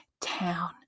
town